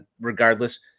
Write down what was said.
regardless